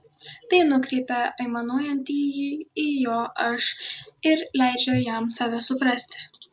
tai nukreipia aimanuojantįjį į jo aš ir leidžia jam save suprasti